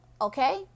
okay